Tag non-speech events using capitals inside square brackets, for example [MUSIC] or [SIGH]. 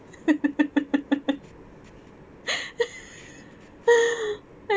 [LAUGHS]